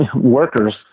workers